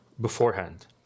beforehand